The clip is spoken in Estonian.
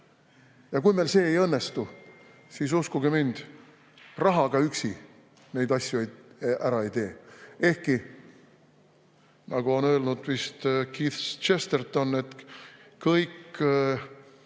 Ja kui meil see ei õnnestu, siis uskuge mind, rahaga üksi neid asju ära ei tee. Ehkki, nagu on öelnud vist Keith Chesterton, kõik